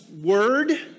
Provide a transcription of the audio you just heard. word